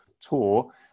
tour